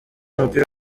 umupira